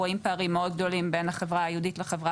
רואים פערים מאוד גדולים בין החברה היהודית והחברה